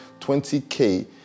20K